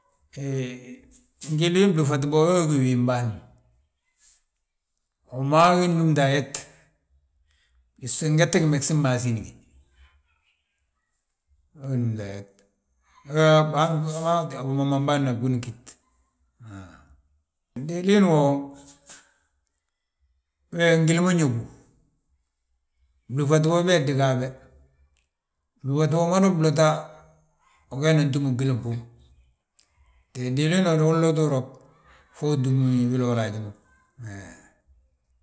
He, ngili blúfat bo wee wi gi wiin bâan ma, wi maa wi númta ayet. Bisgo ngette gimegesin masin wi, wee wi númte ayet, wi maa wi bimaman bâan ma ɓuni ggít. Han diliin wo, we ngili ma ñóbu, blúfat bo baadu ga habe. Blúfat bo umada blota ugeenan ntuḿ gwili gbúŋ. He diliin wo du uloti wi fo utúm wiloola haji ma he.